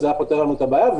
זה היה פותר לנו את הבעיה.